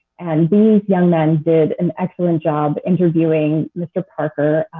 and these young men did an excellent job interviewing mr. parker,